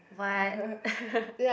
what